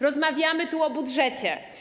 Rozmawiamy tu o budżecie.